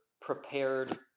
prepared